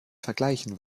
vergleichen